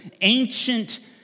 ancient